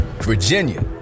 Virginia